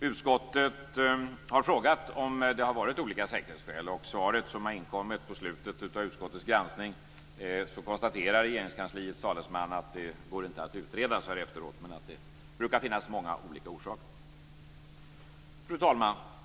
Utskottet har frågat om det har varit olika säkerhetsskäl, och i svaret som har inkommit på slutet av utskottets granskning konstaterar Regeringskansliets talesman att det inte går att utreda så här efteråt, men att det brukar finnas många olika orsaker. Fru talman!